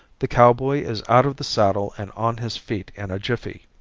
the cowboy is out of the saddle and on his feet in a jiffy.